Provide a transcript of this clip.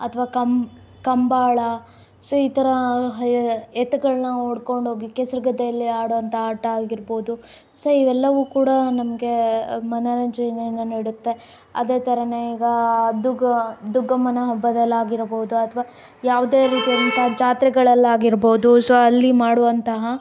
ಅಥವಾ ಕಂಬ್ ಕಂಬಳ ಸೊ ಈ ಥರ ಎತ್ತುಗಳನ್ನ ಹೊಡ್ಕೊಂಡು ಹೋಗಿ ಕೆಸರು ಗದ್ದೆಯಲ್ಲಿ ಆಡೋವಂಥ ಆಟ ಆಗಿರ್ಬಹುದು ಸೊ ಇವೆಲ್ಲವೂ ಕೂಡ ನಮಗೆ ಮನೋರಂಜನೆಯನ್ನು ನೀಡುತ್ತೆ ಅದೇ ಥರನೇ ಈಗ ದುಗ್ಗೊ ದುಗ್ಗಮ್ಮನ ಹಬ್ಬದಲ್ಲಾಗಿರಬಹುದು ಯಾವುದೇ ರೀತಿಯಾದಂತಹ ಜಾತ್ರೆಗಳಲ್ಲಾಗಿರಬಹುದು ಸೊ ಅಲ್ಲಿ ಮಾಡುವಂತಹ